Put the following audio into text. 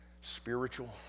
Spiritual